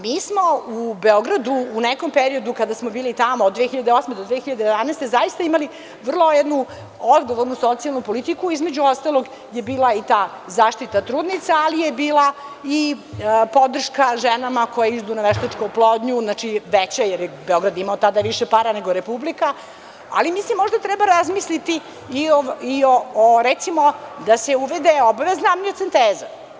Mi smo u Beogradu, u nekom periodu kada smo bili tamo od 2008. do 2011. godine, zaista imali vrlo jednu odgovornu socijalnu politiku, između ostalog je bila i ta zaštita trudnica, ali je bila i podrška ženama koje idu na veštačku oplodnju, znači veća, jer je Beograd tada imao više para nego republika, ali mislim možda treba razmisliti i o, recimo da se uvede obavezna amniocinteza.